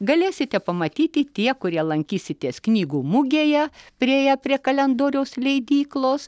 galėsite pamatyti tie kurie lankysitės knygų mugėje priėję prie kalendoriaus leidyklos